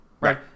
Right